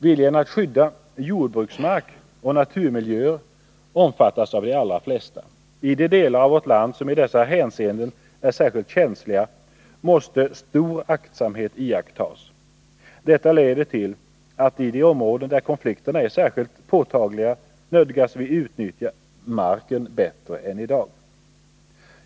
Viljan att skydda jordbruksmark och naturmiljöer omfattas av de allra flesta. I de delar av vårt land som i dessa hänseenden är särskilt känsliga måste stor aktsamhet iakttas. Detta leder till att vi i de områden där konflikterna är särskilt påtagliga nödgas utnyttja marken bättre än i dag.